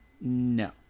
No